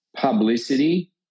publicity